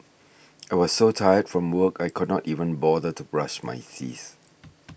I was so tired from work I could not even bother to brush my teeth